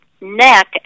neck